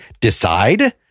decide